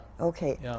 Okay